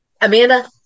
Amanda